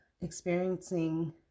experiencing